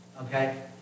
okay